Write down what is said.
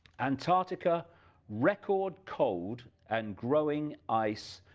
antarctica record cold and growing ice,